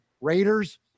Raiders